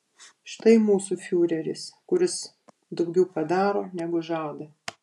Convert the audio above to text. štai mūsų fiureris kuris daugiau padaro negu žada